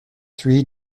three